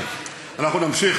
לא,